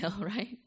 right